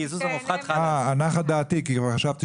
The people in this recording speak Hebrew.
הקיזוז המופחת --- נחה דעתי כי כבר חשבתי